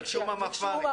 הם ביקשו,